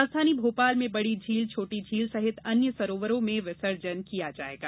राजधानी भोपाल में बड़ी झील छोटी झील सहित अन्य सरोवरों में विसर्जन किया जायेगा